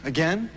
Again